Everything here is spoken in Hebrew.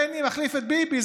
בני מחליף את ביבי.